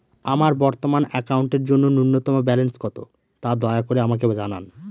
আমার বর্তমান অ্যাকাউন্টের জন্য ন্যূনতম ব্যালেন্স কত, তা দয়া করে আমাকে জানান